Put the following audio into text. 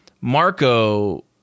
Marco